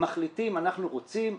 מחליטים - אנחנו רוצים,